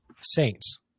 saints